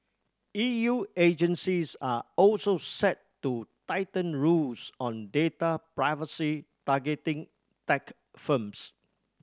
E U agencies are also set to tighten rules on data privacy targeting tech firms